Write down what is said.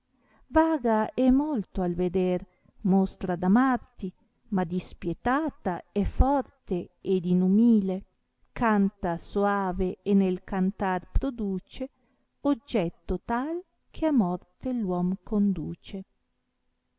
vaga è molto al veder mostra da marte ma dispietata è forte ed inumile canta soave e nel cantar produce oggetto tal che a morte uom conduce